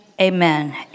Amen